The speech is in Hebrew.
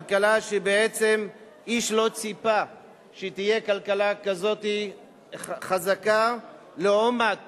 כלכלה שבעצם איש לא ציפה שהיא תהיה כלכלה כזאת חזקה לעומת